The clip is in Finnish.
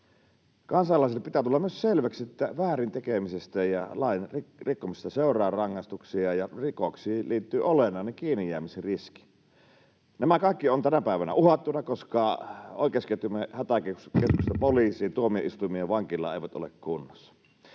Kansalaisille pitää tulla myös selväksi, että väärin tekemisestä ja lain rikkomisesta seuraa rangaistuksia ja rikoksiin liittyy olennainen kiinnijäämisriski. Nämä kaikki ovat tänä päivänä uhattuina, koska oikeusketjumme — Hätäkeskus, poliisi, tuomioistuimet ja vankila — ei ole kunnossa.